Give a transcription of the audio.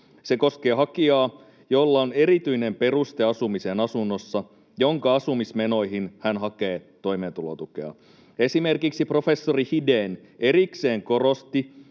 Se koskee hakijaa, jolla on erityinen peruste asumiseen asunnossa, jonka asumismenoihin hän hakee toimeentulotukea. Esimerkiksi professori Hidén erikseen korosti,